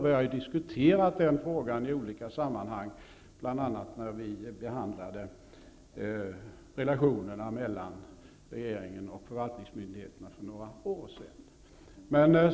Vi har diskuterat den frågan i olika sammanhang, bl.a. när vi för några år sedan behandlade relationerna mellan regeringen och förvaltningsmyndigheterna.